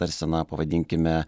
tarsi na pavadinkime